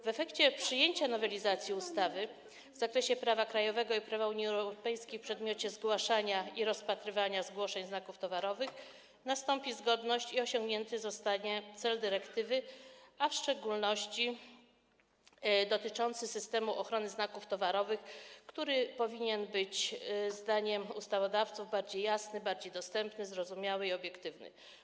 W efekcie przyjęcia nowelizacji ustawy w zakresie prawa krajowego i prawa Unii Europejskiej w przedmiocie zgłaszania i rozpatrywania zgłoszeń znaków towarowych nastąpi zgodność i osiągnięty zostanie cel dyrektywy, a w szczególności dotyczący systemu ochrony znaków towarowych, który powinien być, zdaniem ustawodawców, bardziej jasny, bardziej dostępny, zrozumiały i obiektywny.